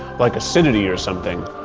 like acidity or something.